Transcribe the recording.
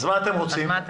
אז מה אתם רוצים?